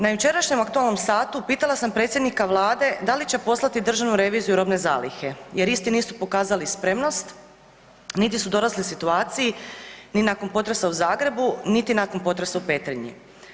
Na jučerašnjem aktualnom satu pitala sam predsjednika Vlade da li će poslati Državnu reviziju u robne zalihe jer isti nisu pokazali spremnost niti su dorasli situaciji ni nakon potresa u Zagrebu niti nakon potresa u Petrinji.